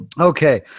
Okay